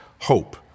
hope